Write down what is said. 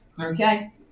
Okay